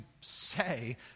say